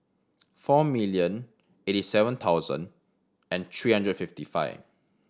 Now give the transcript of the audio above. four million eighty seven thousand and three hundred and fifty five